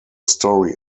story